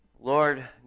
Lord